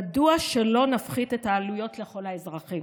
מדוע שלא נפחית את העלויות לכל האזרחים?